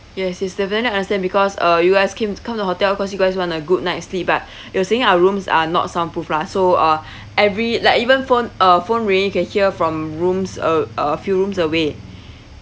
yes yes definitely I understand because uh you guys came him come the hotel cause you guys want a good night sleep but you were saying our rooms are not sound proof lah so uh every like even phone uh phone ring you can hear from rooms uh a few rooms away